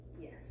Yes